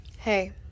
Hey